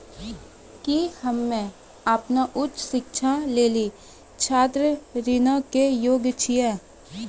कि हम्मे अपनो उच्च शिक्षा लेली छात्र ऋणो के योग्य छियै?